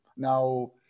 Now